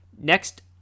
next